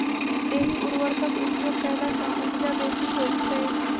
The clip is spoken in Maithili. एहि उर्वरकक उपयोग कयला सॅ उपजा बेसी होइत छै